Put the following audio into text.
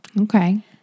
Okay